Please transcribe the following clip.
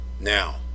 now